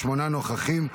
שמונה נוכחים.